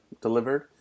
delivered